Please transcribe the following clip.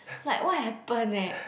like what happen eh